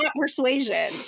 persuasion